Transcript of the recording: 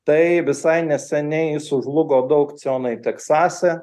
tai visai neseniai sužlugo du aukcionai teksase